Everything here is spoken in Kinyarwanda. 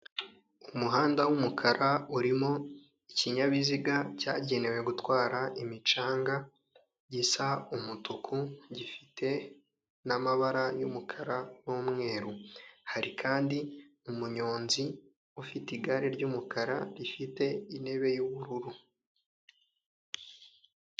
Umuhanda w'umukara urimo ikinyabiziga cyagenewe gutwara imicanga gisa umutuku gifite n'amabara y'umukara n'umweru, hari kandi umunyonzi ufite igare ry'umukara rifite intebe y'ubururu.